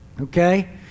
Okay